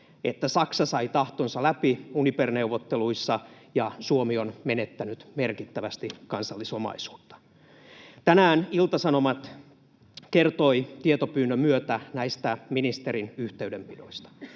että Saksa sai tahtonsa läpi Uniper-neuvotteluissa ja Suomi on menettänyt merkittävästi kansallisomaisuutta. Tänään Ilta-Sanomat kertoi tietopyynnön myötä näistä ministerin yhteydenpidoista.